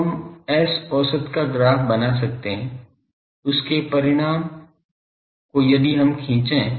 तो हम S औसत का ग्राफ बना सकते हैं उसके परिणाम को यदि हम खींचे